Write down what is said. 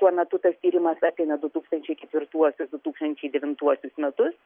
tuo metu tas tyrimas apėmė du tūkstančiai ketvirtuosius du tūkstančiai devintuosius metus